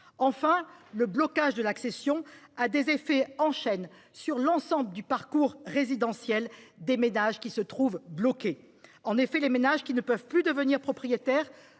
Enfin, le blocage de l’accession a des effets en chaîne sur l’ensemble du parcours résidentiel des ménages qui se trouvent bloqués. En effet, les ménages ne pouvant plus devenir propriétaires